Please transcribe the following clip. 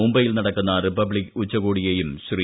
മുംബൈയിൽ നടക്കുന്ന റിപ്പബ്ലിക്ക് ഉച്ചകോടിയെയും ശ്രീ